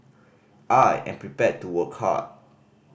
I am prepared to work hard